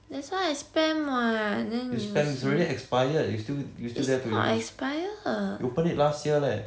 you spam it's already expired you still you still dare to use you opened it last year leh